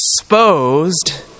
exposed